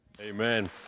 amen